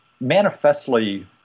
manifestly